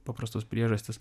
paprastos priežastys